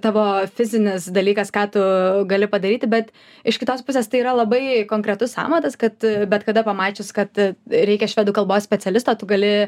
tavo fizinis dalykas ką tu gali padaryti bet iš kitos pusės tai yra labai konkretus amatas kad bet kada pamačius kad reikia švedų kalbos specialisto tu gali